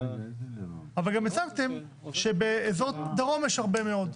אבל הצגתם שבאזור דרום יש הרבה מאוד.